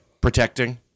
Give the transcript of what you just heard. protecting